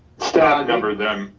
scott numbered them.